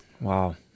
Wow